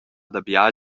dabia